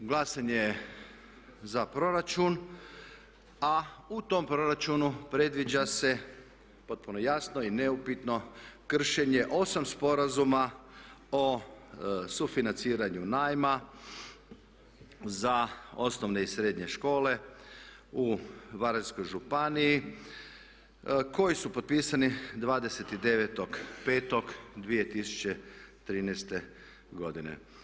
Glasanje je za proračun, a u tom proračunu predviđa se potpuno jasno i neupitno kršenje osam Sporazuma o sufinanciranju najma za osnovne i srednje škole u Varaždinskoj županiji koji su potpisani 29.5.2013. godine.